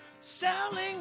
Selling